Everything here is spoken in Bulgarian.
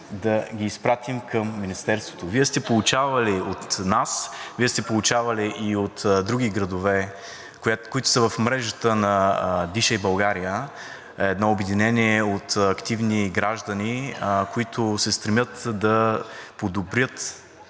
да ги изпратим към Министерството. Вие сте получавали от нас, Вие сте получавали и от други градове, които са в мрежата на „Дишай България“ – едно обединение от активни граждани, които се стремят да подобрят